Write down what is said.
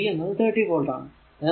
ഇവിടെ v എന്നത് 30 volt ആണ്